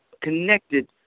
connected